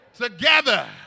together